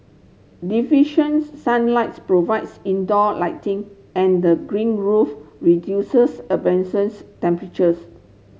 deficient sunlight's provides indoor lighting and the green roof reduces temperatures